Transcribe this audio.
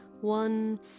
one